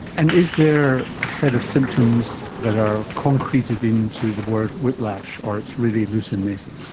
and is there a set of symptoms that are concreted in to the word whiplash, or it's really loose and messy?